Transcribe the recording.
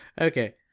Okay